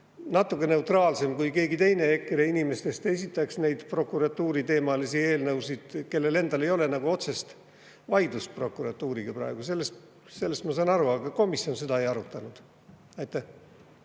natukene neutraalsem, kui keegi teine EKRE‑st esitaks neid prokuratuuriteemalisi eelnõusid, keegi, kellel ei ole praegu otsest vaidlust prokuratuuriga [käimas]. Sellest ma saan aru. Aga komisjon seda ei arutanud. Aitäh!